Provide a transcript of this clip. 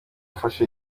ufashe